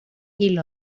hil